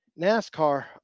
NASCAR